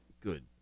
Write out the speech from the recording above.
Good